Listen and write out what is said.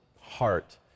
heart